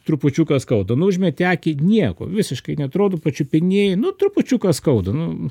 trupučiuką skauda nu užmetė akį nieko visiškai neatrodo pačiupinėji nu trupučiuką skauda nu